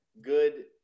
good